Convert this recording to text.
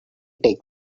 take